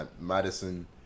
Madison